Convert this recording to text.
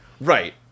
Right